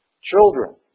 children